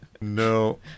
no